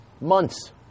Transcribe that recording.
Months